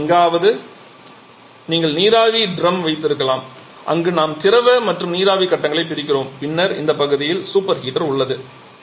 நாம் எங்காவது எங்கள் நீராவி டிரம் வைத்திருக்கலாம் அங்கு நாம் திரவ மற்றும் நீராவி கட்டங்களை பிரிக்கிறோம் பின்னர் இந்த பகுதியில் சூப்பர் ஹீட்டர் உள்ளது